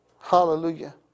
hallelujah